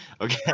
Okay